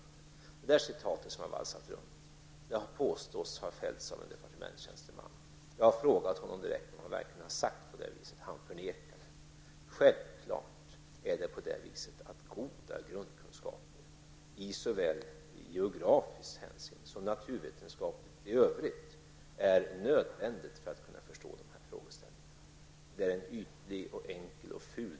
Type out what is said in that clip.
Det aktuella citatet som har valsat runt påstås ha fällts av en departementstjänsteman. Jag har frågat honom direkt om han verkligen har sagt på det viset. Han förnekar. Självfallet är goda grundkunskaper i såväl geografiskt hänseende som naturvetenskapligt hänseende i övrigt nödvändiga för att man skall kunna förstå dessa frågor. Fru Rydles debatteknik är ytlig, enkel och ful.